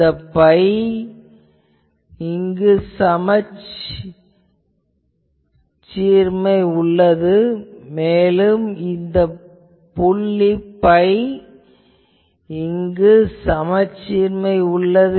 இந்த புள்ளி பை இங்கு சமச்சீர்மை உள்ளது மேலும் இந்த புள்ளி பை இங்கு சமச்சீர்மை உள்ளது